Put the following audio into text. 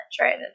right